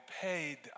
paid